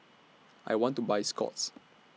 I want to Buy Scott's